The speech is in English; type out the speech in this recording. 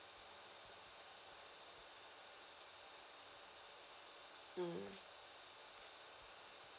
mm